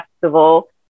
Festival